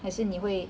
还是你会